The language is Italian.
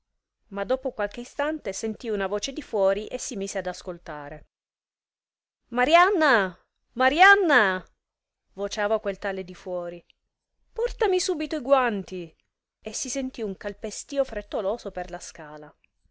ma dopo qualche istante sentì una voce di fuori e si mise ad ascoltare marianna marianna vociava quel tale di fuori portami subito i guanti e si sentì un calpestìo frettoloso per la scala